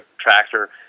tractor